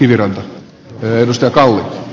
yhdellä pyrstökaan